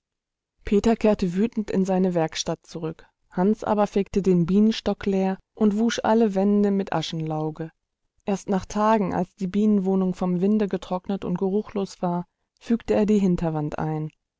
peter kehrte wütend in seine werkstatt zurück hans aber fegte den bienenstock leer und wusch alle wände mit aschenlauge erst nach tagen als die bienenwohnung vom winde getrocknet und geruchlos war fügte er die hinterwand ein